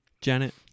Janet